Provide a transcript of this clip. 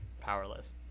powerless